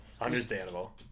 understandable